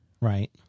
Right